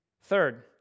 Third